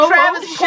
Travis